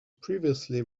previously